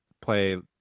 play